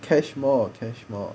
cash more cash more